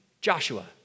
Joshua